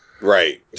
Right